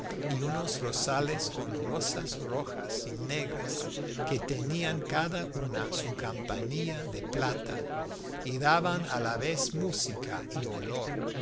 y unos rosales con rosas rojas y negras que tenían cada una su campanilla de plata y daban a la vez música y olor